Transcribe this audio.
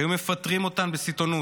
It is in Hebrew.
שהיו מפטרים אותן בסיטונות,